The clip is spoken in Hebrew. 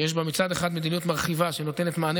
שיש בה מצד אחד מדיניות מרחיבה שנותנת מענה